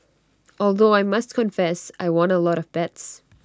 although I must confess I won A lot of bets